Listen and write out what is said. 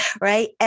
right